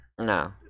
No